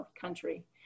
country